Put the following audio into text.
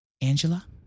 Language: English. Angela